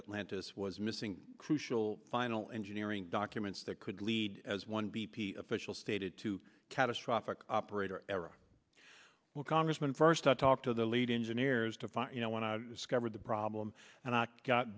atlantis was missing crucial final engineering documents that could lead as one b p official stated to catastrophic operator error well congressman first i talked to the lead engineers to find you know when i discovered the problem and not got